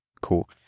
cool